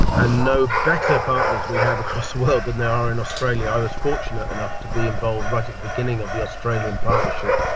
and no better partners we have across the world than there are in australia. i was fortunate enough to be involved right at the beginning of the australian partnership,